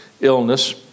illness